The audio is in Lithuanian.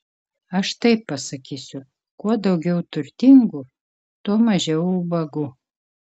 aš taip pasakysiu kuo daugiau turtingų tuo mažiau ubagų